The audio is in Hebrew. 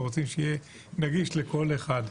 ורוצים שיהיה נגיש לכל אחד.